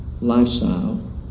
lifestyle